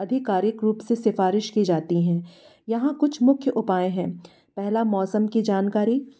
आधिकारिक रूप से सिफ़ारिश की जाती है यहाँ कुछ मुख्य उपाय हैं पहला मौसम की जानकारी